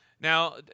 Now